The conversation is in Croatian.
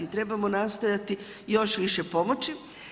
Trebamo nastojati još više pomoći.